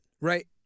Right